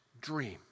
dream